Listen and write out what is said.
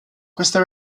questa